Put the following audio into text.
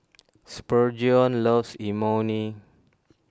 Spurgeon loves Imoni